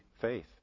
faith